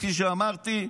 כפי שאמרתי,